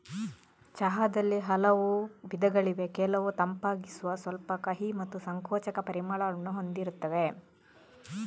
ಚಹಾದಲ್ಲಿ ಹಲವು ವಿಧಗಳಿವೆ ಕೆಲವು ತಂಪಾಗಿಸುವ, ಸ್ವಲ್ಪ ಕಹಿ ಮತ್ತು ಸಂಕೋಚಕ ಪರಿಮಳವನ್ನು ಹೊಂದಿರುತ್ತವೆ